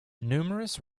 numerous